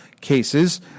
cases